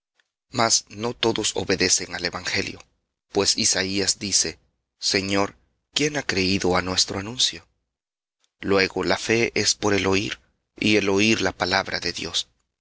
mas no todos obedecen al evangelio pues isaías dice señor quién ha creído á nuestro anuncio luego la fe es por el oir y el oir por la palabra de dios